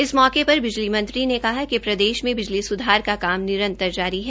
इस मौके पर बिजली मंत्री ने कहा कि प्रदेश में बिजली सुधार का काम निरंतर जारी है